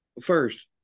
First